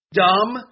dumb